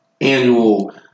annual